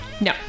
No